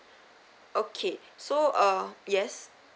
okay so uh yes